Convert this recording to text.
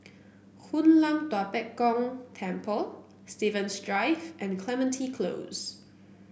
Hoon Lam Tua Pek Kong Temple Stevens Drive and Clementi Close